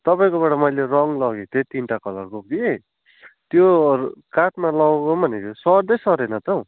तपाईँकोबाट मैले रङ्ग लगेको थिएँ तिनवटा कलरको कि त्यो काठमा लगाउनु भनेको सर्दै सरेन त हौ